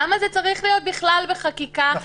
למה זה צריך להיות בכלל בחקיקה כהתוויה מותנית?